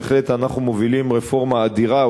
בהחלט אנחנו מובילים רפורמה אדירה,